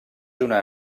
una